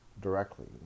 directly